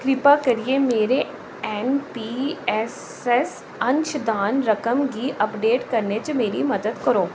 कृप्या करियै मेरे एन पी एस एस अंशदान रकम गी अपडेट करने च मेरी मदद करो